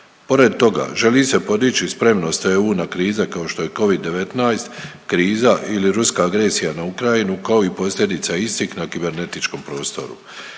Pored toga, želi se podići spremnost EU na krize, kao što je Covid-19 kriza ili ruska agresija na Ukrajinu, kao i posljedica istih na kibernetičkom prostoru.